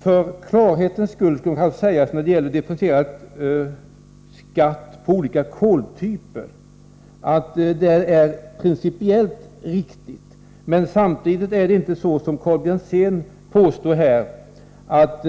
För klarhetens skull skall kanske sägas att det är principiellt riktigt med differentierad skatt på olika koltyper. Men samtidigt är det inte på det sättet, som Karl Björzén här påstår, att